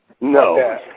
No